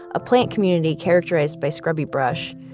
a plant community characterized by scrubby brush.